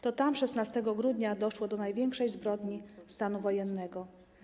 To tam 16 grudnia doszło do największej zbrodni stanu wojennego.